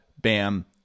Bam